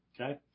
Okay